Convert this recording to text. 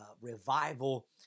revival